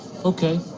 Okay